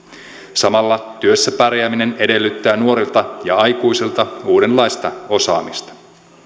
samalla työssä pärjääminen edellyttää nuorilta ja aikuisilta uudenlaista osaamista